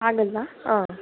ಆಗಲ್ವಾ ಹಾಂ